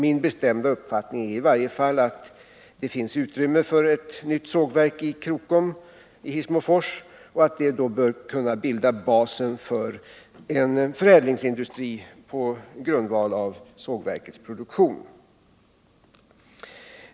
Min bestämda uppfattning är i varje fall att det finns utrymme för ett nytt sågverk i Hissmofors och att det sågverkets produktion då bör kunna bilda basen för en förädlingsindustri.